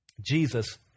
Jesus